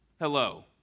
hello